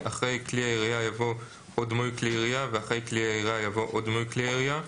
אחרי "כלי ירייה" יבוא "או דמוי כלי ירייה"